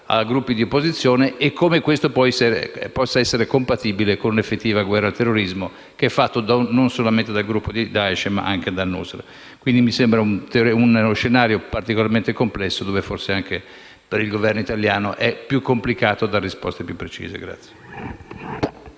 a gruppi di opposizione e come ciò possa essere compatibile con l'effettiva guerra al terrorismo, che è fatto non solamente dal gruppo di Daesh, ma anche da al-Nusra. Mi sembra, quindi, uno scenario particolarmente complesso, dove forse anche per il Governo italiano è più complicato dare risposte più precise.